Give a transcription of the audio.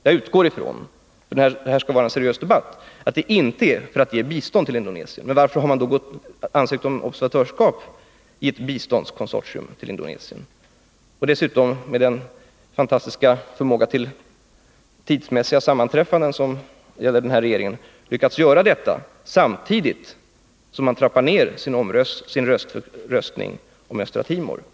Jag utgår ifrån — det här skall vara en seriös debatt — att det inte är för att ge bistånd till Indonesien. Men varför har man då ansökt om observatörskap i ett biståndskonsortium för Indonesien? Hur har regeringen med den fantastiska förmåga för tidssammanträffanden som gäller för den här regeringen lyckats göra detta, samtidigt som man trappar ned sin röstning om Östra Timor?